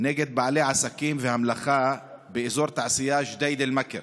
נגד בעלי עסקים ומלאכה באזור תעשייה ג'דיידה-מכר